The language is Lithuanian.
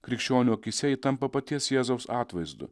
krikščionių akyse ji tampa paties jėzaus atvaizdu